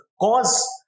cause